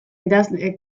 idazle